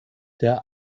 der